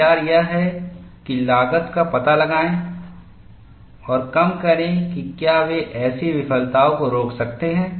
विचार यह है कि लागत का पता लगाएं और कम करें कि क्या वे ऐसी विफलताओं को रोक सकते हैं